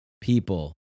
people